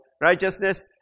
Righteousness